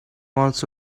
also